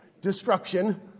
Destruction